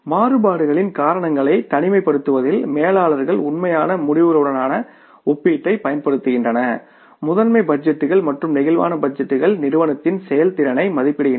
மாறுபாடுகளின் காரணங்களை தனிமைப்படுத்துவதில் மேலாளர்கள் உண்மையான முடிவுகளுடனான ஒப்பீட்டைப் பயன்படுத்துகின்றனர் மாஸ்டர் பட்ஜெட்டுகள் மற்றும் பிளேக்சிபிள் பட்ஜெட்டுகள் நிறுவனத்தின் செயல்திறனை மதிப்பிடுகின்றன